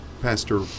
Pastor